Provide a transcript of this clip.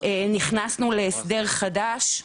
נכנסנו להסדר חדש,